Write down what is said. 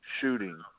shooting